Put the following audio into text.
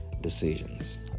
decisions